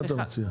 מה אתה מציע?